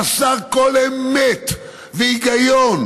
חסר כל אמת והיגיון,